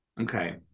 Okay